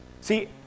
See